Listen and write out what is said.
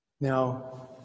Now